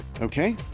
Okay